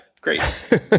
great